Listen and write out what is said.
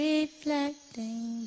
Reflecting